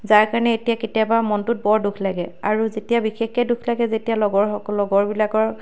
যাৰ কাৰণে এতিয়া কেতিয়াবা মনটোত বৰ দুখ লাগে আৰু যেতিয়া বিশেষকৈ দুখ লাগে যেতিয়া লগৰ লগৰবিলাকৰ